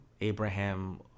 Abraham